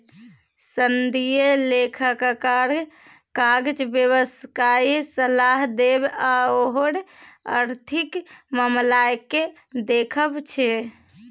सनदी लेखाकारक काज व्यवसायिक सलाह देब आओर आर्थिक मामलाकेँ देखब छै